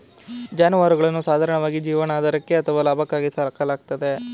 ಜಾನುವಾರುಗಳನ್ನು ಸಾಧಾರಣವಾಗಿ ಜೀವನಾಧಾರಕ್ಕೆ ಅಥವಾ ಲಾಭಕ್ಕಾಗಿ ಸಾಕಲಾಗ್ತದೆ